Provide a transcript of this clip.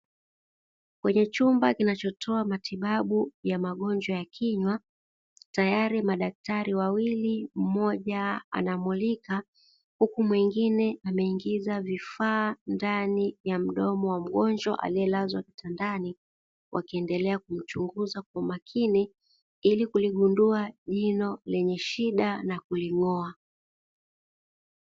Kwenye chumba kinachotoa matibabu ya magonjwa ya kinywa tayari madaktari wawili mmoja anamulika, huku mwingine ameingiza vifaa ndani ya mdomo wa mgonjwa aliyelazwa kitandani, wakiendelea kumchunguza kwa umakini ili kuligundua jino lenye shida na kuling'oa.